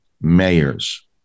mayors